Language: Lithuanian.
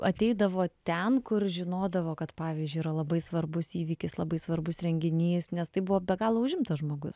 ateidavo ten kur žinodavo kad pavyzdžiui yra labai svarbus įvykis labai svarbus renginys nes tai buvo be galo užimtas žmogus